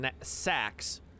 sacks